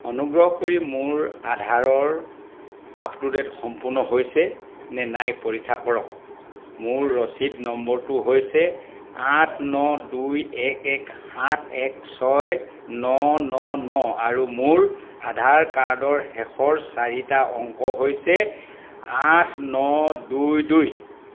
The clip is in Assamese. অনুগ্ৰহ কৰি মোৰ আধাৰৰ আপডে'ট সম্পূৰ্ণ হৈছে নে নাই পৰীক্ষা কৰক মোৰ ৰচিদ নম্বৰটো হৈছে আঠ ন দুই এক এক সাত এক ছয় ন ন ন আৰু মোৰ আধাৰ কাৰ্ডৰ শেষৰ চাৰিটা অংক হৈছে আঠ ন দুই দুই